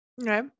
Okay